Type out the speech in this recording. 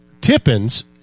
Tippins